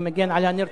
אני מגן על הנרצחים.